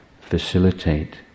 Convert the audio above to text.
facilitate